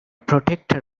protector